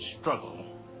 struggle